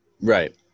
Right